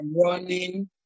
running